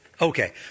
Okay